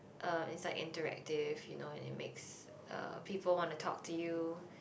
um it's like interactive you know and it makes uh people wanna talk to you